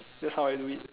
that's how I do it